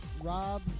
Rob